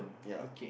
ya